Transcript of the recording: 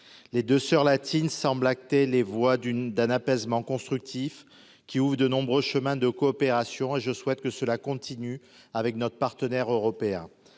les 2 soeurs latines semble acté les voies d'une d'un apaisement constructif qui ouvrent de nombreux chemins de coopération et je souhaite que cela continue, avec notre partenaire européen